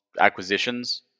acquisitions